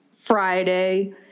Friday